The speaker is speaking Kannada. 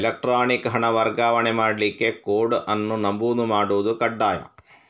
ಎಲೆಕ್ಟ್ರಾನಿಕ್ ಹಣ ವರ್ಗಾವಣೆ ಮಾಡ್ಲಿಕ್ಕೆ ಕೋಡ್ ಅನ್ನು ನಮೂದು ಮಾಡುದು ಕಡ್ಡಾಯ